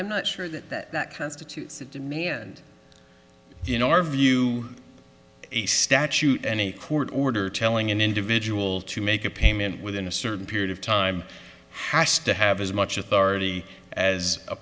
i'm not sure that that constitutes a demand you know our view a statute any court order telling an individual to make a payment within a certain period of time has to have as much authority as a